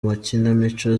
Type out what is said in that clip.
makinamico